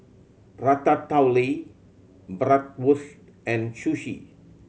Ratatouille Bratwurst and Sushi